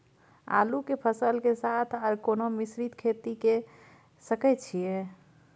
आलू के फसल के साथ आर कोनो मिश्रित खेती के सकैछि?